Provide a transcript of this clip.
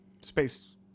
Space